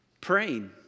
praying